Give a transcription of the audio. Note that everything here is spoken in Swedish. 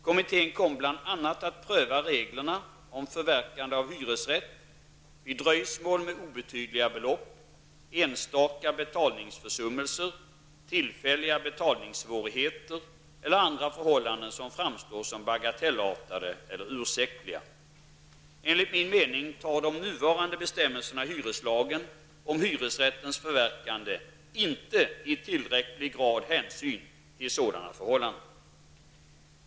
Kommittén kommer bl.a. att pröva reglerna om förverkande av hyresrätt vid dröjsmål med obetydliga belopp, enstaka betalningsförsummelser, tillfälliga betalningssvårigheter eller andra förhållanden som framstår som bagatellartade eller ursäktliga. Enligt min mening tar de nuvarande bestämmelserna i hyreslagen om hyresrättens förverkande inte i tillräcklig grad hänsyn till sådana förhållanden.